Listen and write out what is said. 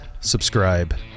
subscribe